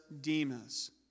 Demas